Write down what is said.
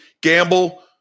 gamble